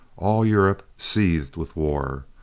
all europe seethed with war.